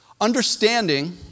Understanding